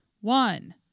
One